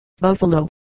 Buffalo